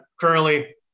currently